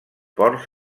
ports